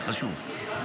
קריאה ראשונה.